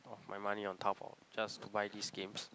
of my money on Taobao just to buy these games